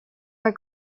are